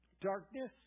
Darkness